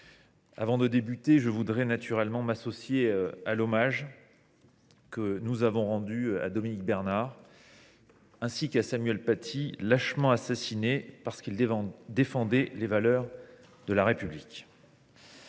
les sénateurs, je souhaite naturellement m’associer à l’hommage qui vient d’être rendu à Dominique Bernard, ainsi qu’à Samuel Paty, lâchement assassinés parce qu’ils défendaient les valeurs de la République.